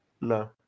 No